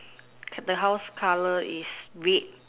the house colour is red